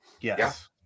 Yes